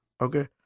okay